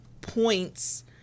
points